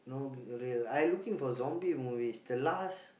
no real~ I looking for zombie movies the last